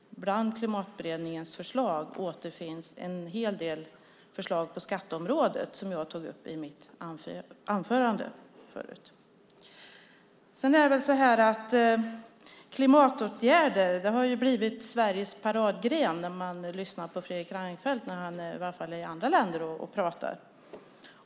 Bland Klimatberedningens förslag återfinns en hel del förslag på skatteområdet som jag tog upp i mitt anförande förut. Klimatåtgärder har blivit Sveriges paradgren när man lyssnar på Fredrik Reinfeldt, i alla fall när han är i andra länder och pratar.